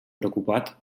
preocupat